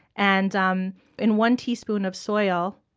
and um in one teaspoon of soil,